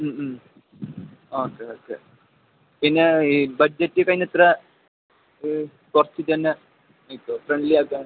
okay okay പിന്നെ ഈ budget അതിനെത്ര കുറച്ചിട്ടന്നെ കിട്ടോ ഫ്രണ്ട്ലിയാക്കാൻ